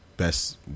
Best